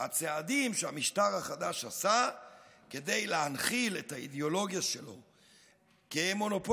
הצעדים שהמשטר החדש עשה כדי להנחיל את האידיאולוגיה שלו כמונופוליסטית,